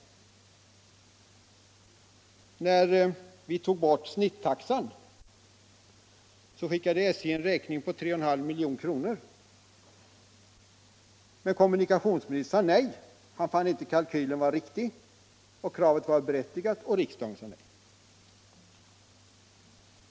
I När vi tog bort snittaxan skickade SJ en räkning på 3,5 milj.kr., men kommunikationsministern sade nej — han fann inte kalkylen vara riktig och kravet berättigat, och riksdagen sade nej.